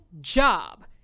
job